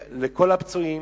לכל הפצועים,